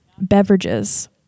beverages